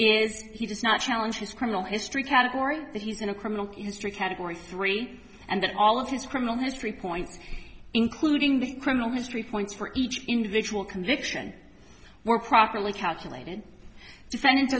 is he does not challenge his criminal history category that he's in a criminal history category three and that all of his criminal history points including the criminal history points for each individual conviction were properly calculated